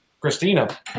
Christina